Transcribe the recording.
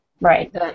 Right